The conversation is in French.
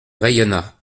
rayonna